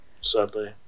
sadly